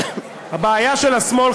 הבעיה של השמאל,